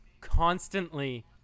constantly